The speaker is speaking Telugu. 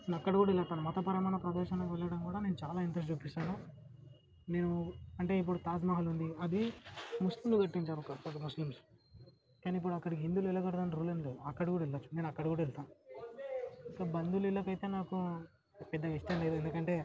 నేనక్కడ కూడా వెళ్ళొస్తాను మతపరమైన ప్రదేశానికి వెళ్ళడం కూడా నేను చాలా ఇంట్రెస్ట్ చూపిస్తాను నేను అంటే ఇప్పుడు తాజ్మహల్ ఉంది అది ముస్లు కట్టించారు ఒక్కపటి ముస్లిమ్స్ కానీ ఇప్పుడు అక్కడికి హిందువులు వెళ్ళకూడదని రూల్ ఏం లేదు అక్కడ కూడా వెళ్ళచ్చు నేనక్కడిక్కూడా వెళ్తా ఇంక బంధువులలిళ్ళకైతే నాకు ఎక్కువ పెద్దగా ఇష్టం లేదు ఎందుకంటే